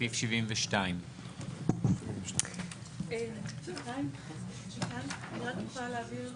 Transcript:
סעיף 72. הבהרה אחת קטנה